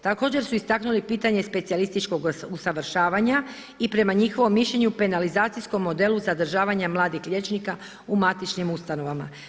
Također su istaknuli pitanje specijalističkog usavršavanja i prema njihovom mišljenju penalizacijskom modelu zadržavanja mladih liječnika u matičnim ustanovama.